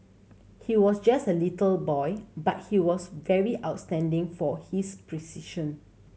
he was just a little boy but he was very outstanding for his precision